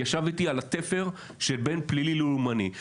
ישב איתי על התפר שבין פלילי ללאומני.